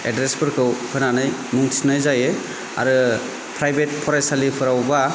एड्रेसफोरखौ होनानै मुं थिसननाय जायो आरो प्राइभेट फरायसालिफोरावबा